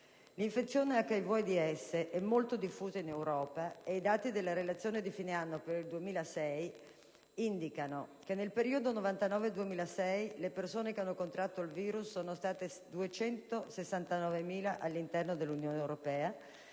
L'infezione da HIV/AIDS è molto diffusa in Europa e i dati della relazione di fine anno per il 2006 indicano che nel periodo 1999-2006 le persone che hanno contratto il *virus* dell'HIV sono state più di 269.000 all'interno dell'Unione europea